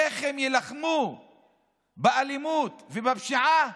איך הם יילחמו באלימות ובפשיעה